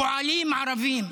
פועלים ערבים,